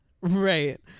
Right